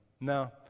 no